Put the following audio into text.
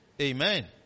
Amen